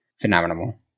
Phenomenal